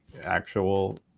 actual